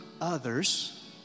others